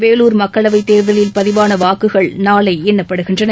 வேலூர் மக்களவைத் தேர்தலில் பதிவான வாக்குகள் நாளை எண்ணப்படுகின்றன